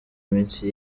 iminsi